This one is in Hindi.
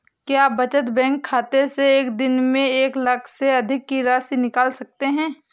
क्या बचत बैंक खाते से एक दिन में एक लाख से अधिक की राशि निकाल सकते हैं?